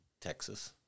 Texas